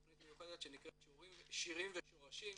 תוכנית מיוחדת שנקראת "שירים ושורשים".